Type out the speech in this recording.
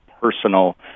personal